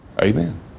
Amen